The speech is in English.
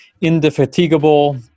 indefatigable